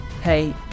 Hey